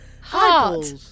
heart